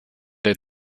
der